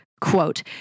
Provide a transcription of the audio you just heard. quote